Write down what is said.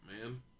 man